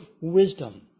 wisdom